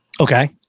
Okay